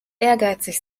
ehrgeizig